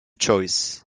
choice